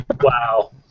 Wow